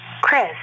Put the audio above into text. Chris